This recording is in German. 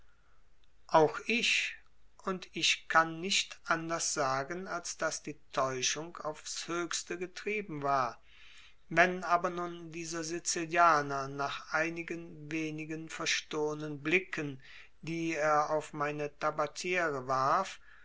auch ich und ich kann nicht anders sagen als daß die täuschung aufs höchste getrieben war wenn aber nun dieser sizilianer nach einigen wenigen verstohlnen blicken die er auf meine tabatiere warf